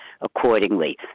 accordingly